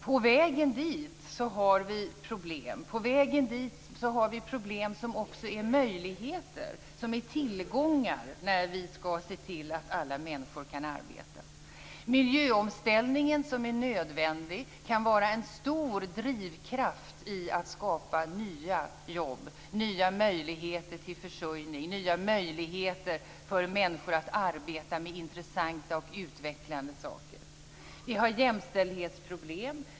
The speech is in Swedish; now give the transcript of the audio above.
På vägen dit har vi problem som också är möjligheter och tillgångar när vi skall se till att alla människor kan arbeta. Miljöomställningen är nödvändig. Den kan vara en stor drivkraft i att skapa nya jobb, nya möjligheter till försörjning och nya möjligheter för människor att arbeta med intressanta och utvecklande saker. Vi har jämställdhetsproblem.